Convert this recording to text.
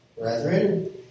Brethren